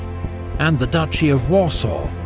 and the duchy of warsaw,